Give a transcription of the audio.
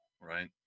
right